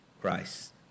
Christ